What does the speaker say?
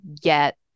get